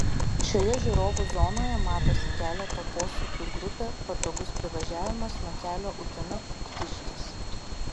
šioje žiūrovų zonoje matosi keleto posūkių grupė patogus privažiavimas nuo kelio utena kuktiškės